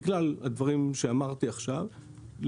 בכלל הדברים שאמרתי עכשיו,